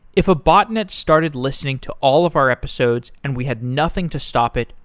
if a botnet started listening to all of our episodes and we had nothing to stop it,